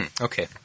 Okay